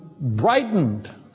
brightened